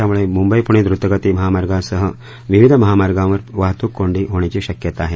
त्यामुळे मुंबई पुणे द्रतगती महामार्गासह विविध महामार्गावर वाहतूक कोंडी होण्याची शक्यता आहे